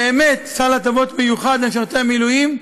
באמת סל הטבות מיוחד למשרתי המילואים,